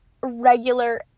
regular